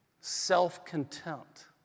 self-contempt